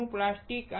તેનું પ્લાસ્ટિક